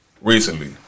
Recently